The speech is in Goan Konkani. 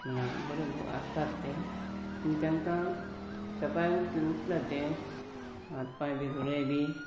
म्हणान बरे आसतात ते तेंकां सकाळीं उटलात ते हात पांय बी धुले बी